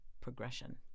progression